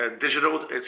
digital